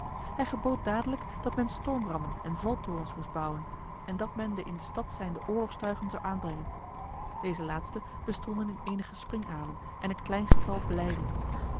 hij gebood dadelijk dat men stormrammen en valtorens moest bouwen en dat men de in de stad zijnde oorlogstuigen zou aanbrengen deze laatste bestonden in enige springalen en een klein getal